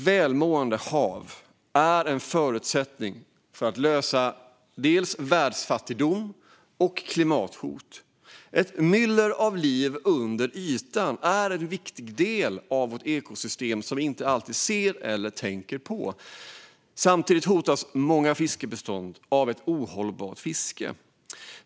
Välmående hav är en förutsättning för att vi ska kunna lösa världsfattigdom och klimathot. Ett myller av liv under ytan är en viktig del av vårt ekosystem som vi inte alltid ser eller tänker på. Samtidigt hotas många fiskbestånd av ett ohållbart fiske.